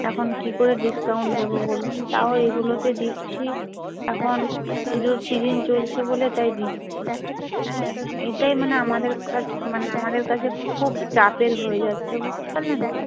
এখন কী করে ডিসকাউন্ট দেবো বলুন তাও এগুলোতে দিচ্ছি এখন পুজোর সিজন চলছে বলে তাই দিচ্ছি হ্যাঁ এইটাই মানে আমাদের মানে আমাদের কাছে খুব চাপের হয়ে যাচ্ছে বুঝতে পারলেন তো